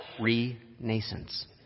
Renaissance